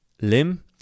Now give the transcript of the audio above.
Lim